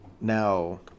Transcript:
Now